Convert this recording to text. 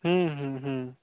हूँ हूँ हूँ